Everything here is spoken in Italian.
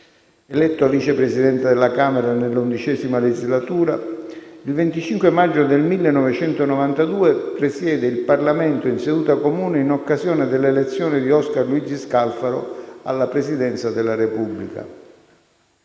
Eletto Vice Presidente della Camera nella XI legislatura, il 25 maggio 1992 presiede il Parlamento in seduta comune in occasione delle elezioni di Oscar Luigi Scalfaro alla Presidenza della Repubblica.